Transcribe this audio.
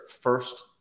first